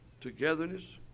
togetherness